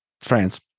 France